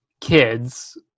kids